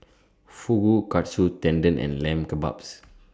Fugu Katsu Tendon and Lamb Kebabs